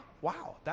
wow